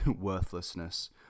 worthlessness